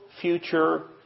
future